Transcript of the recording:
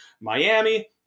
Miami